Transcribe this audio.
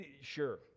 Sure